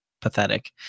pathetic